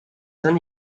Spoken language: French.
saint